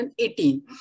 2018